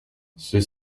ceux